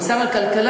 עם שר הכלכלה,